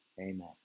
amen